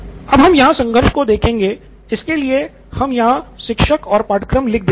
अब हम यहाँ संघर्ष को देखेंगे इसके लिए हम यहाँ शिक्षक और पाठ्यक्रम लिख देते हैं